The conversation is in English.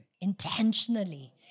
intentionally